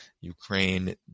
Ukraine